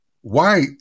White